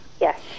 Yes